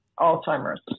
Alzheimer's